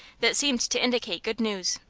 that seemed to indicate good news.